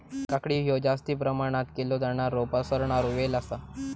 काकडी हयो जास्ती प्रमाणात केलो जाणारो पसरणारो वेल आसा